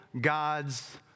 God's